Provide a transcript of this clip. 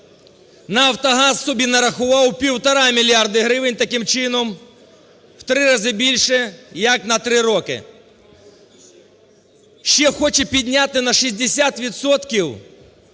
"Нафтогаз" собі нарахував півтора мільярда гривень, таким чином в три рази більше, як на 3 роки. Ще хоче підняти на 60